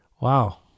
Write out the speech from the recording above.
wow